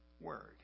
word